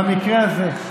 במקרה הזה,